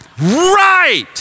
Right